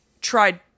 tried